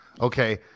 okay